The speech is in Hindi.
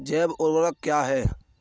जैव ऊर्वक क्या है?